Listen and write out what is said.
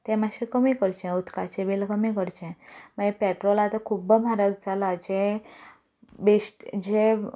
ते मातशें कमी करचें उदकाचें उदकाचें बील कमी करचें मागीर पेट्रोल आसा तें खुब म्हारग जालां जें वेस्ट जें